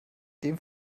dem